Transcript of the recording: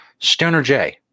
STONERJ